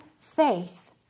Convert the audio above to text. faith